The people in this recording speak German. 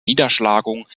niederschlagung